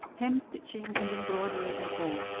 hemstitching and embroidery and all.